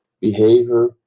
behavior